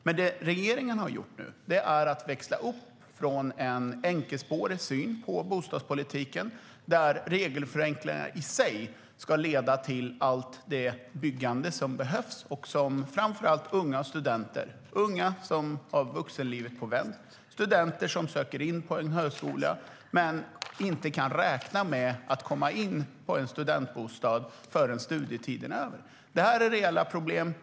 Men det regeringen har gjort nu är att växla upp från en enkelspårig syn på bostadspolitiken: att regelförenklingar i sig ska leda till allt det byggande som behövs, framför allt för unga och studenter - unga som har vuxenlivet på vänt och studenter som söker in på en högskola men inte kan räkna med att få en studentbostad förrän studietiden är över. Det här är reella problem.